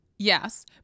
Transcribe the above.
Yes